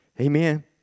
Amen